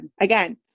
Again